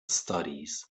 studies